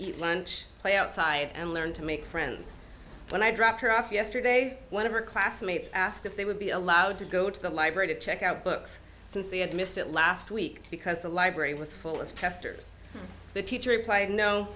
eat lunch play outside and learn to make friends when i dropped her off yesterday one of her classmates asked if they would be allowed to go to the library to check out books since they had missed it last week because the library was full of testers the teacher repl